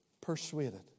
persuaded